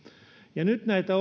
nyt näitä